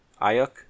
Ayuk